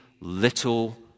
little